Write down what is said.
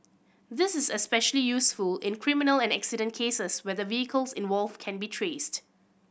this is especially useful in criminal and accident cases where the vehicles involved can be traced